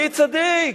אני צדיק,